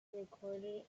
recorded